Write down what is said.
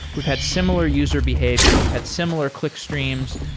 we've had similar user behavior. we've had similar clickstreams.